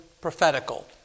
prophetical